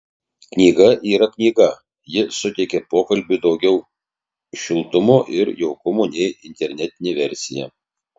knyga yra knyga ji suteikia pokalbiui daugiau šiltumo ir jaukumo nei internetinė versija